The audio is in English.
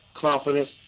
confidence